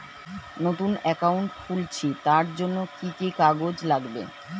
নতুন অ্যাকাউন্ট খুলছি তার জন্য কি কি কাগজ লাগবে?